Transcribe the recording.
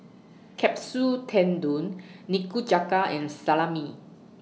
Kapsu Tendon Nikujaga and Salami